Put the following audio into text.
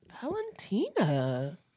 Valentina